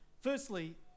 Firstly